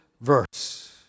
verse